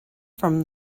from